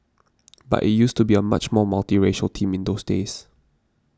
but it used to be a much more multiracial team in those days